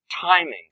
timing